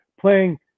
playing